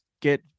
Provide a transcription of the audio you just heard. get